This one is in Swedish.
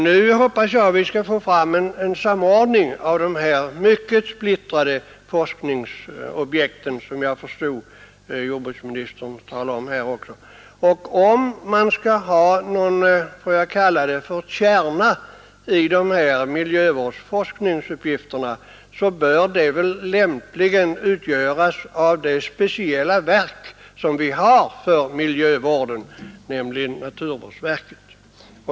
Nu hoppas jag att vi skall få fram en samordning av de här mycket splittrade forskningsobjekten; det talade också jordbruksministern om. Men om det skall finnas någon ”kärna” i den här miljövårdsforskningen bör den väl lämpligen utgöras av det speciella verk som vi har för miljövården, nämligen naturvårdsverket.